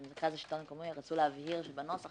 מרכז השלטון המקומי רצו להבהיר בנוסח